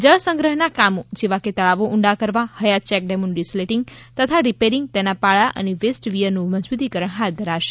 જળ સંગ્રહના કામો જેવાકે તળાવો ઊંડા કરવા હયાત ચેકડેમોનું ડિસિલટીગ તથા રિપેરિંગ તેના પાળા અને વેસ્ટ વિયરનું મજબૂતિકરણ હાથ ધરાશે